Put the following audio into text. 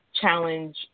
challenge